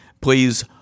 please